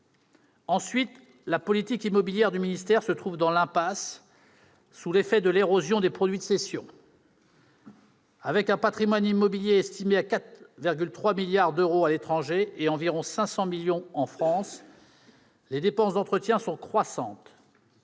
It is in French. Ensuite, la politique immobilière du ministère se trouve dans l'impasse sous l'effet de l'érosion des produits de cession. Avec un patrimoine immobilier estimé à 4,3 milliards d'euros à l'étranger et à environ 500 millions d'euros en France, les dépenses d'entretien sont croissantes.